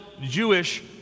Jewish